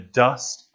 dust